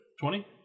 Twenty